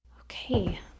Okay